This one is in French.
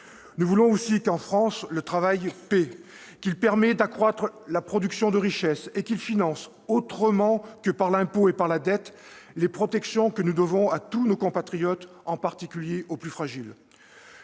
Nous voulons qu'en France le travail paie, qu'il permette d'accroître la production de richesses et qu'il finance, autrement que par l'impôt et par la dette, les protections que nous devons à tous nos compatriotes, en particulier aux plus fragiles.